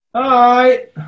hi